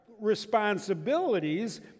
responsibilities